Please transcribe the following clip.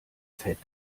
fett